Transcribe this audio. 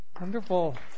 wonderful